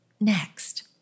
next